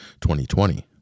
2020